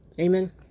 Amen